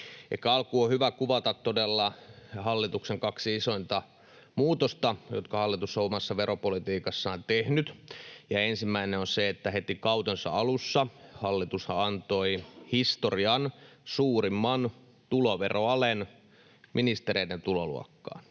alkuun on hyvä kuvata todella hallituksen kaksi isointa muutosta, jotka hallitus on omassa veropolitiikassaan tehnyt. Ensimmäinen on se, että heti kautensa alussa hallitushan antoi historian suurimman tuloveroalen ministereiden tuloluokkaan,